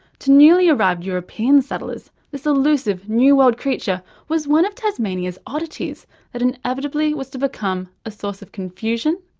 to newly arrived european settlers, this elusive new-world creature was one of tasmania's oddities that inevitably was to become a source of confusion,